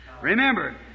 Remember